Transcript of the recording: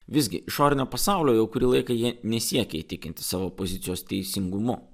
visgi išorinio pasaulio jau kurį laiką jie nesiekia įtikinti savo pozicijos teisingumu